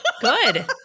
good